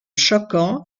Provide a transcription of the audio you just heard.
choquant